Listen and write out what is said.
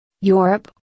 Europe